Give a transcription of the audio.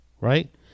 right